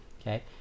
Okay